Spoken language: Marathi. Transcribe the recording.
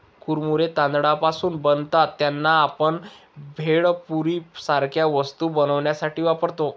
कुरमुरे तांदळापासून बनतात त्यांना, आपण भेळपुरी सारख्या वस्तू बनवण्यासाठी वापरतो